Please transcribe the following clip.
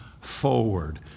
forward